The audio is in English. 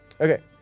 Okay